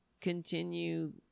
continue